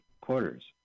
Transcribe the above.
quarters